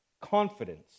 confidence